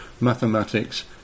mathematics